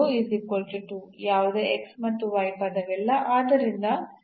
ಈ ಸ್ಥಳೀಯ ಕನಿಷ್ಠದ ಬಗ್ಗೆ ನಮಗೆ ಹೇಳಬಹುದಾದ ಯಾವುದೇ ಪರ್ಯಾಪ್ತ ಷರತ್ತನ್ನು ನಾವು ಪಡೆಯಲು ಸಾಧ್ಯವಾಗಲಿಲ್ಲ